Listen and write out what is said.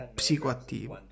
psicoattivo